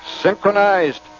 synchronized